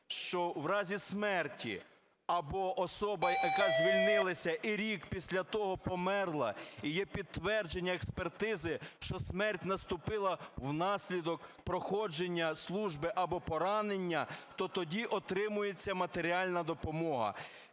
що в разі смерті або особа, яка звільнилася і рік після того померла, і є підтвердження експертизи, що смерть наступила внаслідок проходження служби або поранення, то тоді отримується матеріальна допомога.